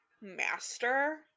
master